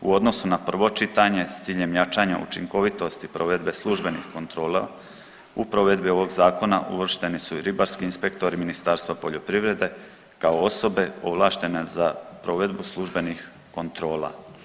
U odnosu na prvo čitanje s ciljem jačanja učinkovitosti provedbe službenih kontrola u provedbi ovog zakona uvršteni su i ribarski inspektori Ministarstva poljoprivrede kao osobe ovlaštene za provedbu službenih kontrola.